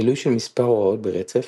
מילוי של מספר הוראות ברצף,